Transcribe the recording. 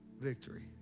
victory